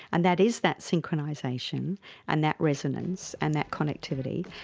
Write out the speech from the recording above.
and that is that synchronisation and that resonance and that connectivity,